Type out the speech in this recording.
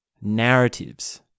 narratives